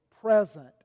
present